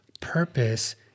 Purpose